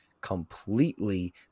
Completely